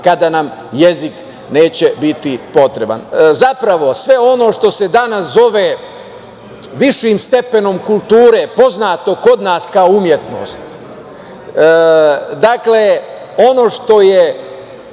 kada nam jezik neće biti potreban? Zapravo, sve ono što se danas zove višim stepenom kulture, poznato kod nas kao umetnost, dakle ono što je